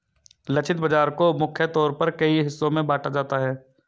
लक्षित बाजार को मुख्य तौर पर कई हिस्सों में बांटा जाता है